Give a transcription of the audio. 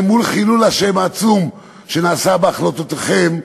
מול חילול השם העצום שנעשה בהחלטותיכם.